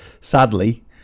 sadly